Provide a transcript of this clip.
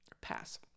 Pass